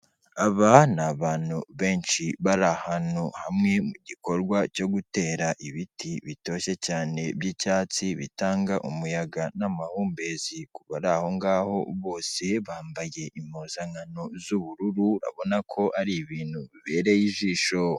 Aba ni abantu benshi bari ahantu hamwe mu gikorwa cyo gutera ibiti bitoshye cyane by'icyatsi bitanga umuyaga n'amahumbezi, kubari aho ngaho bose bambaye impuzankano z'ubururu, urabona ko ari ibintu bibereye ijisho.